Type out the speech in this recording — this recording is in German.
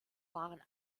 waren